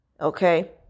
okay